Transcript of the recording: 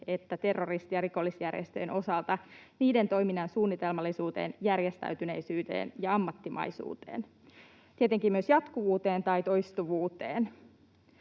että terroristi- ja rikollisjärjestöjen osalta niiden toiminnan suunnitelmallisuuteen, järjestäytyneisyyteen ja ammattimaisuuteen, tietenkin myös jatkuvuuteen tai toistuvuuteen.